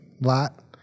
Lot